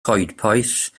coedpoeth